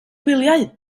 gwyliau